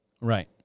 right